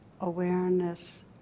awareness